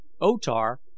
O-Tar